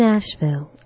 Nashville